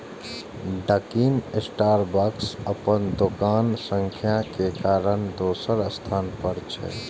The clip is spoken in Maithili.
डकिन स्टारबक्स अपन दोकानक संख्या के कारण दोसर स्थान पर छै